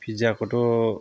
पिज्जाखौथ'